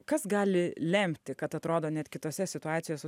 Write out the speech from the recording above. kas gali lemti kad atrodo net kitose situacijose